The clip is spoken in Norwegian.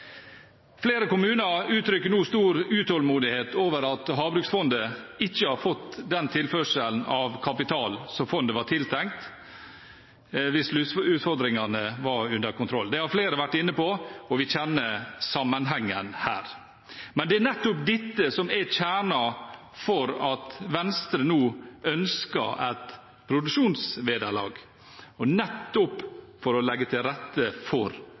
Flere kommuner uttrykker nå stor utålmodighet over at havbruksfondet ikke har fått den tilførselen av kapital som fondet var tiltenkt hvis utfordringene hadde vært under kontroll. Det har flere vært inne på, og vi kjenner sammenhengen der. Men det er nettopp dette som er kjernen i at Venstre nå ønsker et produksjonsvederlag. Det er nettopp for å legge til rette for